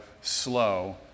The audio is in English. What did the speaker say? slow